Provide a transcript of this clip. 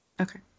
Okay